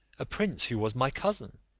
a prince who was my cousin